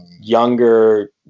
younger